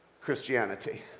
Christianity